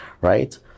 right